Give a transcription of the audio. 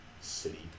city